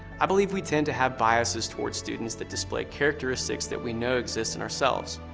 i believe we tend to have biases towards students that display characteristics that we know exists in ourselves,